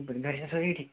گَرِ چھا سٲری ٹھیٖک